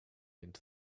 into